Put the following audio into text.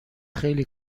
خیلی